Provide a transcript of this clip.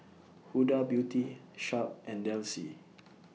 Huda Beauty Sharp and Delsey